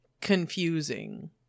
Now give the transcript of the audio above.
confusing